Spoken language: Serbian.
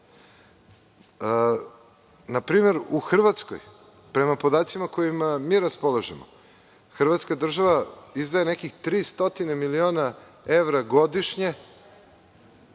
primer, u Hrvatskoj, prema podacima kojima mi raspolažemo, Hrvatska izdvaja nekih 300 miliona evra godišnje,